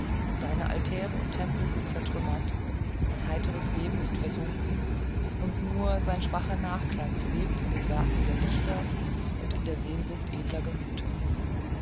deine altäre und tempel sind zertrümmert dein heiteres leben ist versunken und nur sein schwacher nachglanz lebt in den werken der dichter und in der sehnsucht edler gemüther